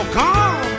come